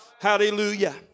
hallelujah